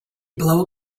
blow